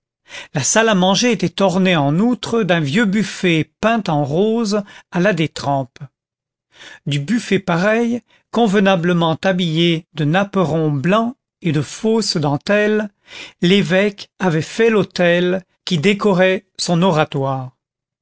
la salle à manger était ornée en outre d'un vieux buffet peint en rose à la détrempe du buffet pareil convenablement habillé de napperons blancs et de fausses dentelles l'évêque avait fait l'autel qui décorait son oratoire